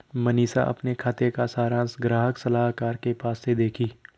मनीषा अपने खाते का सारांश ग्राहक सलाहकार के पास से देखी